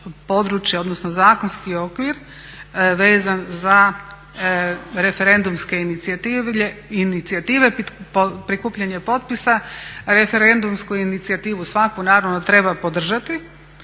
odnosno zakonski okvir vezan za referendumske inicijative prikupljanje potpisa. Referendumsku inicijativu svaku naravno treba podržati,